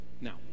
Now